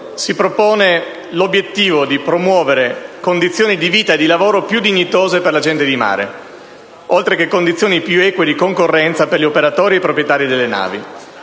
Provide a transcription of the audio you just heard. si propone l'obiettivo di promuovere condizioni di vita e di lavoro più dignitose per la gente di mare, oltre che condizioni più eque di concorrenza per gli operatori e i proprietari delle navi.